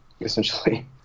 essentially